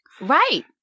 right